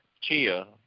chia